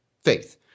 faith